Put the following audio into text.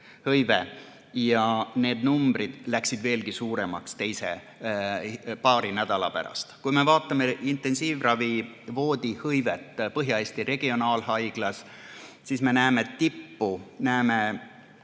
haiget. Ja need numbrid läksid veelgi suuremaks paari nädala pärast. Kui me vaatame intensiivravi voodihõivet Põhja-Eesti Regionaalhaiglas, siis näeme tippu